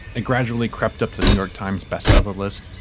it gradually crept up the new york times bestseller list,